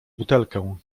butelkę